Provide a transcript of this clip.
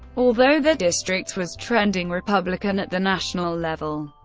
although the district was trending republican at the national level,